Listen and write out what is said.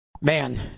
man